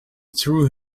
threw